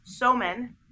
Soman